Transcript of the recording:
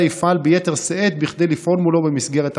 יפעל ביתר שאת כדי לפעול מולו במסגרת החוק.